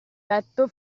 petto